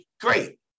great